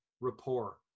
rapport